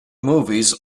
movies